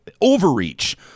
overreach